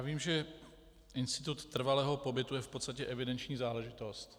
Vím, že institut trvalého pobytu je v podstatě evidenční záležitost.